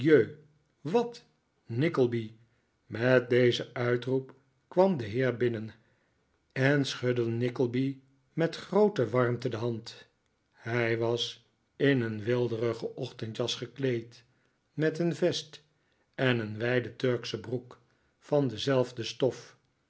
wat nickleby met dezen uitroep kwam de heer binnen en schudde nickleby met groote warmte de hand hij was in een weelderige ochtendjas gekleed met een vest en een wijde turksche broek van dezelfde stof